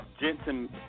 Jensen